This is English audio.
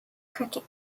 cricket